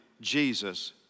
Jesus